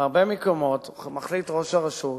בהרבה מקומות מחליט ראש הרשות